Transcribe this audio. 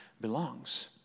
belongs